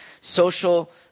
social